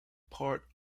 part